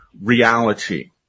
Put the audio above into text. reality